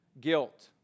guilt